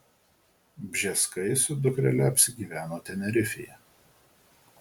bžeskai su dukrele apsigyveno tenerifėje